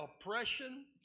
oppression